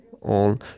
on